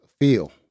feel